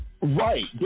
Right